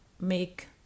make